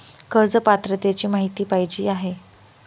कर्ज पात्रतेची माहिती पाहिजे आहे?